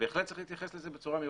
בהחלט צריך להתייחס לזה בצורה מיוחדת.